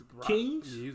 Kings